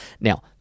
Now